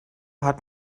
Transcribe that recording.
hat